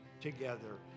together